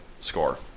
score